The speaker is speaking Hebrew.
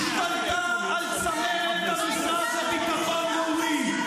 של אותה כנופיה שהשתלטה על צמרת המשרד לביטחון לאומי.